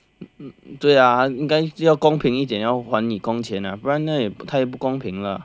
嗯对呀应该要公平一点要还你工钱啊不然也不太不公平了